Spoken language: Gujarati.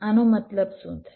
આનો મતલબ શું થયો